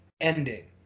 ending